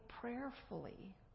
prayerfully